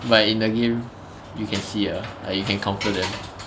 but in the game you can see ah like you can counter them